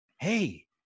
Hey